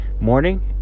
morning